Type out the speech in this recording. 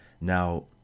Now